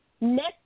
Next